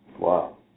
Wow